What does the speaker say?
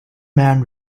man